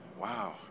Wow